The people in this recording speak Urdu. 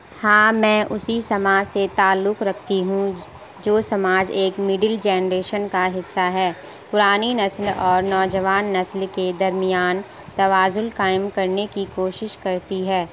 ہاں میں اسی سماج سے تعلق رکھتی ہوں جو سماج ایک مدل جنریشن کا حصہ ہے پرانی نسل اور نوجوان نسل کے درمیان توازن قائم کرنے کی کوشش کرتی ہے